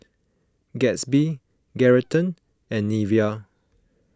Gatsby Geraldton and Nivea